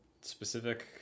specific